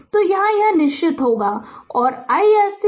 तो यहाँ यह निष्क्रिय होगा और isc सरल होगा 4 एम्पीयर